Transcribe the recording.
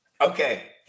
Okay